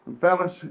fellas